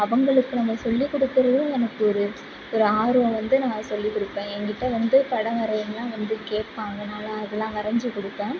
அவர்களுக்கு நம்ம சொல்லி கொடுக்கறதும் நமக்கு ஒரு ஒரு ஆர்வம் வந்து நான் சொல்லி கொடுப்பேன் என்கிட்டே வந்து படம் வரைகிறதுனா வந்து கேட்பாங்க நான் அதெலாம் வரைஞ்சு கொடுப்பேன்